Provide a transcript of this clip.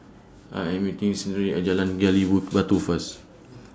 I Am meeting Serenity At Jalan Gali Wood Batu First